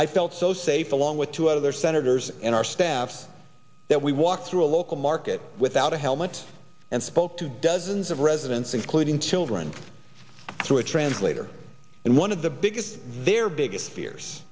i felt so safe along with two other senators and our staff that we walked through a local market without a helmet and spoke to dozens of residents including children through a translator and one of the biggest their biggest fears